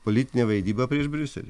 politinė vaidyba prieš briuselį